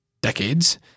decades